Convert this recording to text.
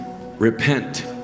repent